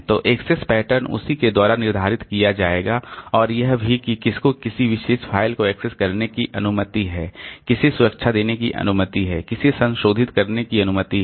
तो access pattern उसी के द्वारा निर्धारित किया जाएगा और यह भी कि किसको किसी विशेष फ़ाइल को एक्सेस करने की अनुमति है किसे सुरक्षा देने की अनुमति है किसे संशोधित करने की अनुमति है